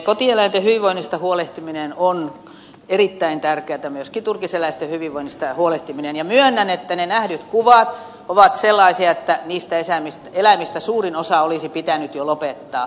kotieläinten hyvinvoinnista huolehtiminen on erittäin tärkeätä myöskin turkiseläinten hyvinvoinnista huolehtiminen ja myönnän että ne nähdyt kuvat ovat sellaisia että niistä eläimistä suurin osa olisi pitänyt jo lopettaa